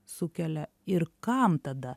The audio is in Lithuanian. sukelia ir kam tada